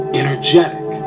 energetic